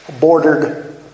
bordered